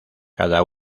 cada